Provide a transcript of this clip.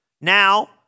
Now